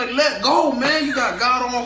let go, man, you got god on